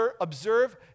observe